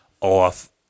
off